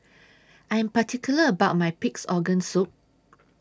I Am particular about My Pig'S Organ Soup